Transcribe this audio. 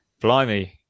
Blimey